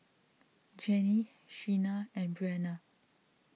Jenni Sheena and Breanna